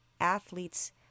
athlete's